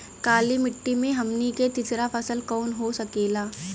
काली मिट्टी में हमनी के तीसरा फसल कवन हो सकेला?